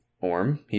Orm